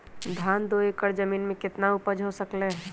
धान दो एकर जमीन में कितना उपज हो सकलेय ह?